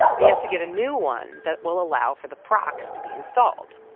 and he has to get a new one that will allow for the prox to be installed.